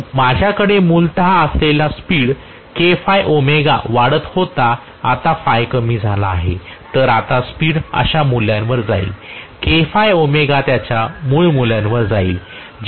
जर माझ्याकडे मूलतः असलेला स्पीड वाढत होता आता कमी झाला आहे तर आता स्पीड अशा मूल्यावर जाईल त्याच्या मूळ स्थितीवर येईल